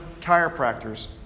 chiropractors